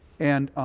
and